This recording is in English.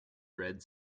red